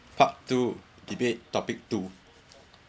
part two debate topic two